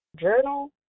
Journal